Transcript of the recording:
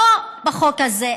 לא בחוק הזה,